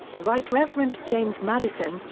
the right reverend james madison,